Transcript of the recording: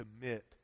commit